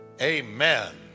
amen